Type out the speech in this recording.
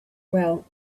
well